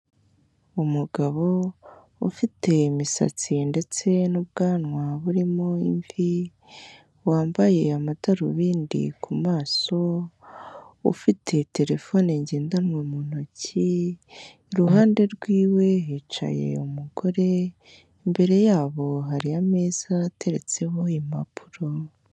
Umugabo ufite imisatsi ndetse n'ubwanwa burimo imvi, wambaye amadarubindi ku maso, ufite terefone ngendanwa mu ntoki, iruhande rwiwe hicaye umugore, imbere yabo hari ameza ateretseho impapuro.